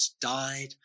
died